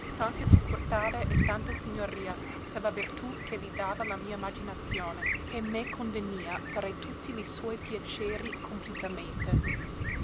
tanta sicurtade e tanta signoria per la vertù che li dava la mia imaginazione che me convenia fare tutti li suoi piaceri compiutamente